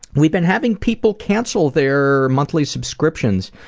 we've been having people cancel their monthly subscriptions,